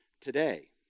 today